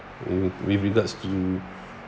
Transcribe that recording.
with regard scheme